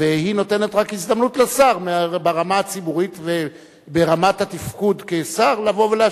והיא נותנת רק הזדמנות לשר ברמה הציבורית וברמת התפקוד כשר לבוא ולהשיב.